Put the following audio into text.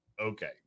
Okay